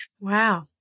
Wow